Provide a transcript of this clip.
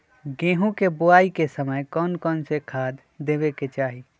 गेंहू के बोआई के समय कौन कौन से खाद देवे के चाही?